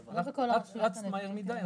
רצת מהר מדי.